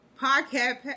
podcast